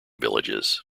villages